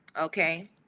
okay